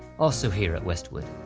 also here at westwood.